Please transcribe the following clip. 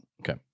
Okay